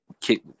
kick